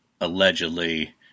allegedly